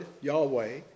Yahweh